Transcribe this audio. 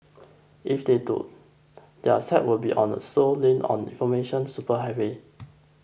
if they don't their site will be on the slow lane on information superhighway